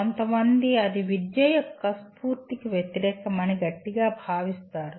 కొంతమంది అది విద్య యొక్క స్ఫూర్తికి వ్యతిరేకం అని గట్టిగా భావిస్తారు